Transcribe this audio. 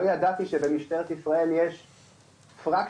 לא ידעתי שבמשטרת ישראל יש זרמים,